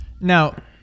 Now